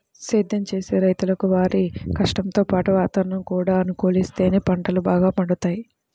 సేద్దెం చేసే రైతులకు వారి కష్టంతో పాటు వాతావరణం కూడా అనుకూలిత్తేనే పంటలు బాగా పండుతయ్